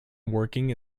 working